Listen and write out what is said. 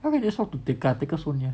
why don't just walk to tekka tekka so near